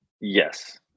Yes